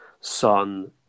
Son